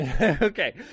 Okay